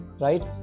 right